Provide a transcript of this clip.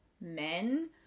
men